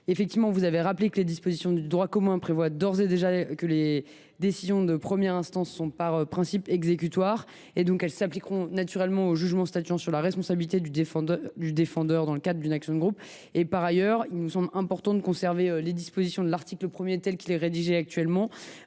effet, comme vous l’avez d’ailleurs très bien rappelé, le droit commun dispose d’ores et déjà que les décisions de première instance sont par principe exécutoires. Ces dispositions s’appliqueront naturellement au jugement statuant sur la responsabilité du défendeur dans le cadre d’une action de groupe. Par ailleurs, il nous semble important de conserver les dispositions de l’article 1 tel qu’il est rédigé actuellement